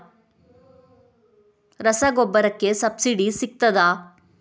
ರಸಗೊಬ್ಬರಕ್ಕೆ ಸಬ್ಸಿಡಿ ಸಿಗ್ತದಾ?